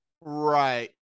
Right